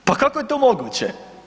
Pa kako je to moguće?